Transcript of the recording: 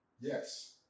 Yes